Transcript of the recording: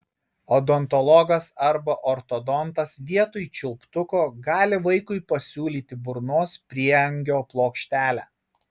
odontologas arba ortodontas vietoj čiulptuko gali vaikui pasiūlyti burnos prieangio plokštelę